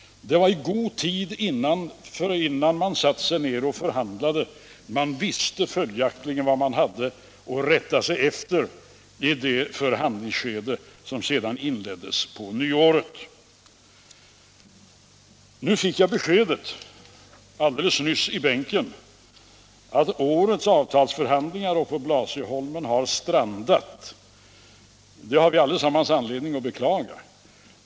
Det skedde i god tid innan man satte sig ned och förhandlade; man visste följaktligen vad man hade att rätta sig efter i de förhandlingar som sedan inleddes på nyåret. Jag fick alldeles nyss i min bänk beskedet att årets avtalsförhandlingar på Blasieholmen har strandat. Det har vi allesammans anledning att beklaga.